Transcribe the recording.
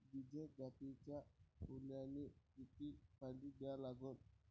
विजय जातीच्या सोल्याले किती पानी द्या लागन?